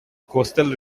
coastal